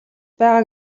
байгаа